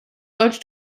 sollte